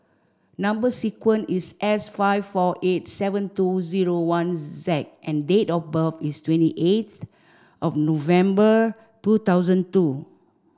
number sequence is S five four eight seven two zero one Z and date of birth is twenty eighth of November two thousand two